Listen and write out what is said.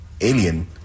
alien